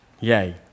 Yay